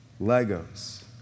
Legos